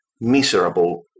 miserable